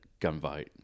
gunfight